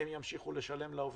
הם ימשיכו לשלם לעובדים,